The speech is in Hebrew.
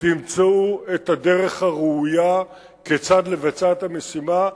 תמצאו את הדרך הראויה כיצד לבצע את המשימה,